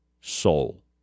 soul